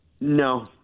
No